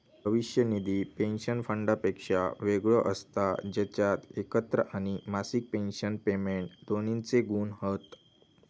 भविष्य निधी पेंशन फंडापेक्षा वेगळो असता जेच्यात एकत्र आणि मासिक पेंशन पेमेंट दोन्हिंचे गुण हत